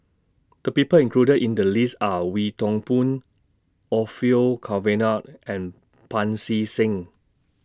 The People included in The list Are Wee Toon Boon Orfeur Cavenagh and Pancy Seng